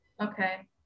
okay